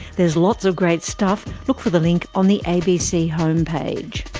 there's lots of great stuff, look for the link on the abc home page.